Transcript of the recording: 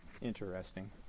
interesting